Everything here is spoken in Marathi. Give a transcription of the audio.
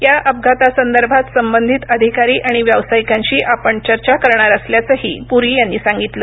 या अपघातासंदर्भात संबंधित अधिकारी आणि व्यावसायिकांशी आपण चर्चा करणार असल्याचंही पुरी यांनी सांगितलं